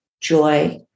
joy